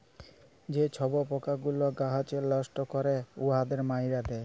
যে ছব পকাগুলা গাহাচকে লষ্ট ক্যরে উয়াদের মাইরে দেয়